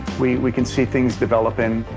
we we can see things developing.